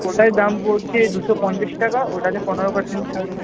ওটায় দাম পড়ছে দুশো পঞ্চাশ টাকা ওটাতে পনেরো পার্সেন্ট ছাড়